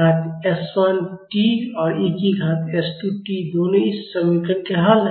घात s 1 t और e की घात s 2 t दोनों इन समीकरण के हल हैं